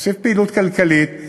מוסיף פעילות כלכלית.